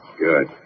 Good